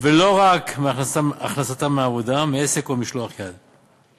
ולא רק מהכנסתם מעבודה, מעסק או ממשלח יד.